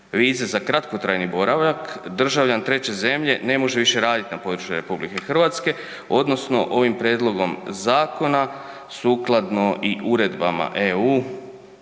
vize za kratkotrajni boravak državljan treće zemlje ne može više radit na području RH odnosno ovim prijedlogom zakona sukladno i uredbama EU